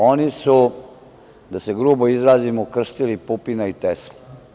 Oni su, da se grubo izrazim, ukrstili Pupina i Teslu.